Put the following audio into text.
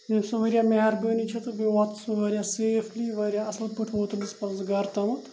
ییٚمہِ سۭتۍ واریاہ مہربٲنی چھِ تہٕ بیٚیہِ واتہٕ سُہ واریاہ سیفلی واریاہ اَصٕل پٲٹھۍ ووت تٔمِس پانَس گَرٕ تامَتھ